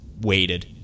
waited